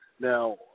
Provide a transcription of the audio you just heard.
Now